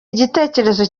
igitekerezo